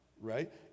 right